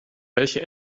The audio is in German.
welche